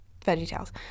VeggieTales